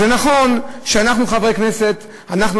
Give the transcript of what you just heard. אז נכון שאנחנו, חברי הכנסת, אנחנו